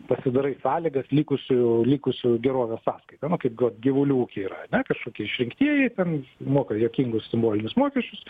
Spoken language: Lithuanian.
pasidarai sąlygas likusių likusių gerovės sąskaita kaip gyvulių ūky yra ar ne kažkokie išrinktieji ten moka juokingus simbolinius mokesčius